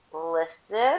listen